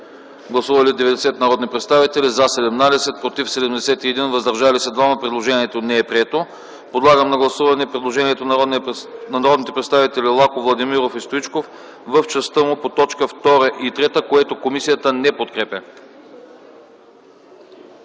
Гласували 90 народни представители: за 17, против 71, въздържали се 2. Предложението не е прието. Подлагам на гласуване предложението на народните представители Лаков, Владимиров и Стоичков в частта му по т. 2 и 3, което комисията не подкрепя.